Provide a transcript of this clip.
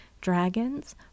dragons